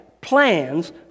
plans